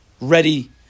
ready